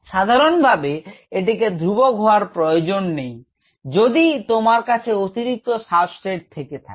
সাধারণভাবে এটিকে ধ্রুবক হওয়ার প্রয়োজন নেই যদি তোমার কাছে অতিরিক্ত সাবস্ট্রেট থেকে থাকে